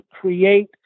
create